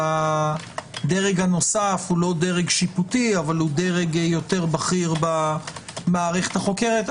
הדרג הנוסף הוא לא שיפוטי אבל הוא יותר בכיר במערכת החוקרת.